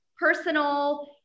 personal